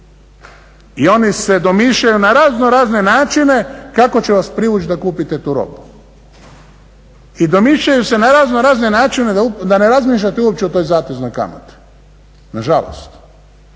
I oni se domišljaju na razno razne načine kako će vas privući da kupite tu robu. I domišljaju se na razno razne načine da ne razmišljate uopće o toj zateznoj kamati. Nažalost.